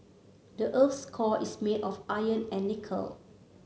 the earth's core is made of iron and nickel